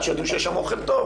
עד שיודעים שיש שם אוכל טוב,